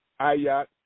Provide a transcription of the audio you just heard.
ayat